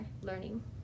learning